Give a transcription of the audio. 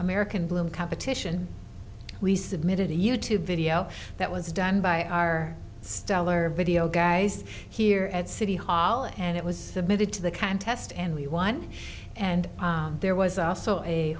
american bloom competition we submitted a you tube video that was done by our stellar video guys here at city hall and it was submitted to the contest and we won and there was also a